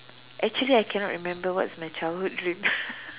actually I cannot remember what's my childhood dream